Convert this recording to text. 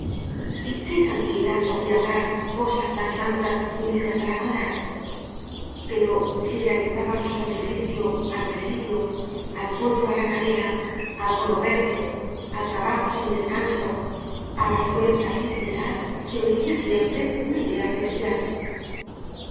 y qué tranquilidad podrian dar cosas tan santas unidas á la maldad pero si realizaba su sacrificio al presidio al potro á la cadena al gorro verde al trabajo sin descanso á la vergüenza sin piedad se uniria siempre una idea celestial